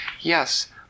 Yes